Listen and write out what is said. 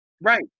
Right